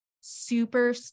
super